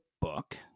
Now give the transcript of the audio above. book